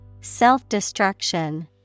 Self-destruction